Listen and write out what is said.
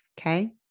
Okay